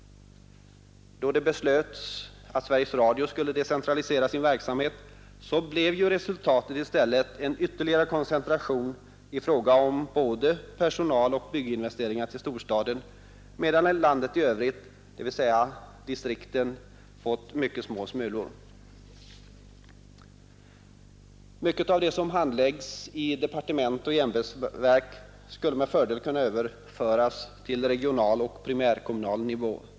Då det beslöts att Sveriges Radio skulle decentralisera sin verksamhet blev resultatet i stället en ytterligare koncentration i fråga om både personal och bygginvesteringar till storstaden, medan landet i övrigt, dvs. distrikten, fick mycket små smulor. Mycket av det som handläggs i departement och ämbetsverk skulle med fördel kunna överföras till regional och primärkommunal nivå.